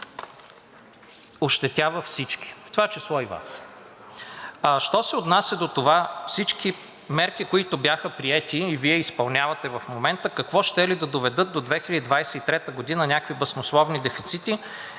ощетява всички, в това число и Вас. Що се отнася до това, всички мерки, които бяха приети и Вие изпълнявате в момента, какво щели да доведат до 2023 г. някакви баснословни дефицити,